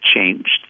changed